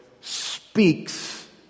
speaks